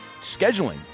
Scheduling